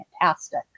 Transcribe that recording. fantastic